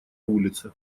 улице